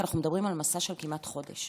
כי אנחנו מדברים על מסע של כמעט חודש,